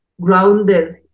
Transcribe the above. grounded